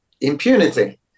impunity